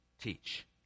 teach